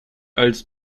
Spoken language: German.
als